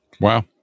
Wow